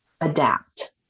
adapt